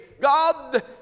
god